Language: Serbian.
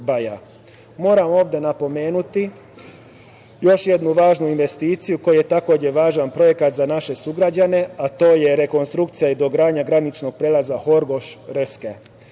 Baja. Moram ovde napomenuti još jednu važnu investiciju koja je takođe važan projekat za naše sugrađane, a to je rekonstrukcija i dogradnja graničnog prelaza Horgoš